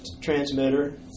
transmitter